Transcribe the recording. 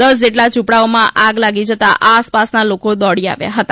દસ જેટલા ઝુંપડાઓમાં આગ લાગી જતા આસપાસના લોકો દોડી આવ્યા હતા